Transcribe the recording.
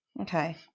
Okay